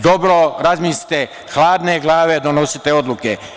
Dobro razmislite, hladne glave donosite odluke.